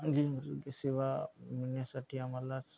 जी आरोग्यसेवा मिळण्यासाठी आम्हालाच